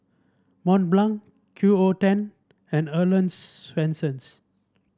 Mont Blanc Q O Ten and Earl's Swensens